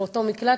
באותו מקלט,